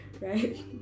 right